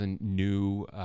new